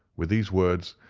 with these words,